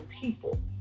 people